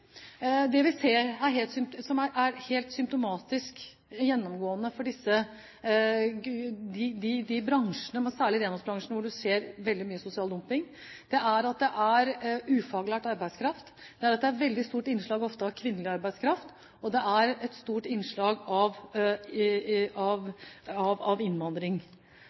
Det vi ser som er helt symptomatisk gjennomgående for disse bransjene, særlig i renholdsbransjen hvor man ser veldig mye sosial dumping, er at det er ufaglært arbeidskraft, et veldig stort innslag av kvinnelig arbeidskraft, og et stort innslag av